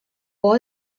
wall